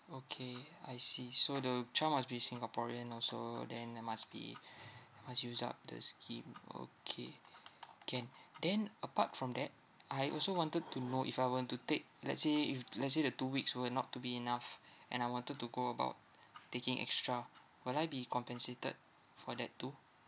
okay I see so the child must be singaporean also then they must be they must use up the scheme okay can then apart from that I also wanted to know if I want to take let's say if let's say the two weeks were not to be enough and I wanted to go about taking extra will I be compensated for that too